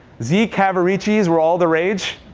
z. cavariccis were all the rage.